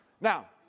Now